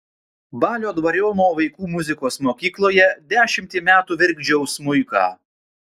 balio dvariono vaikų muzikos mokykloje dešimtį metų virkdžiau smuiką